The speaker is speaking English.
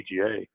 PGA